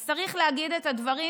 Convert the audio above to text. אז צריך להגיד את הדברים,